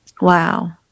Wow